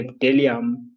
delium